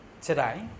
today